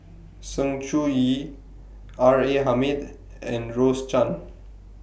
Sng Choon Yee R A Hamid and Rose Chan